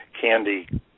Candy